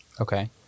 Okay